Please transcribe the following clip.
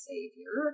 Savior